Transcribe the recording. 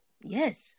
Yes